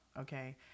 okay